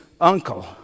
uncle